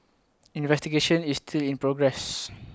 investigation is still in progress